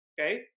okay